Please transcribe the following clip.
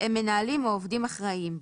הם מנהלים או עובדים אחראים בו.